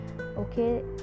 Okay